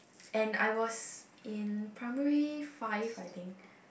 and I was in primary five I think